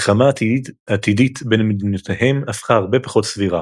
מלחמה עתידית בין מדינותיהם הפכה הרבה פחות סבירה.